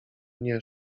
nie